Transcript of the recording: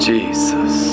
Jesus